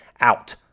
out